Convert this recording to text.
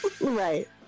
Right